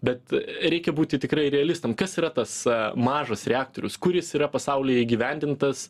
bet reikia būti tikrai realistam kas yra tas mažas reaktorius kur jis yra pasaulyje įgyvendintas